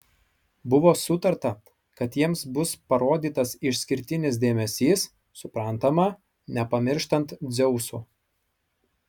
buvo sutarta kad jiems bus parodytas išskirtinis dėmesys suprantama nepamirštant dzeuso